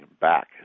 back